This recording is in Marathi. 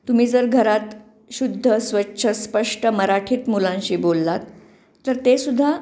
तुम्ही जर घरात शुद्ध स्वच्छ स्पष्ट मराठीत मुलांशी बोललात तर ते सुद्धा